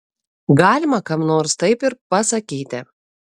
galima kam nors taip ir pasakyti